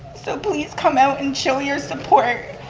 so please come out and show your support